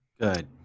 Good